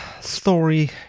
story